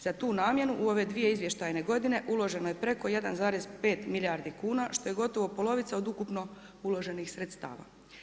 Za tu namjenu u ove dvije izvještajne godine, uloženo je preko 1,5 milijardi kuna, što je gotovo polovica od ukupno uloženih sredstava.